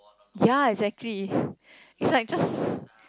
ya exactly it's like just